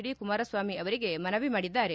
D Kumaraswamy ಅವರಿಗೆ ಮನವಿ ಮಾಡಿದ್ದಾರೆ